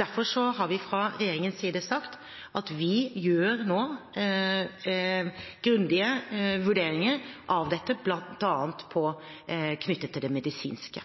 Derfor har vi fra regjeringens side sagt at vi nå gjør grundige vurderinger av dette, bl.a. knyttet til det medisinske.